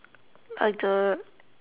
I do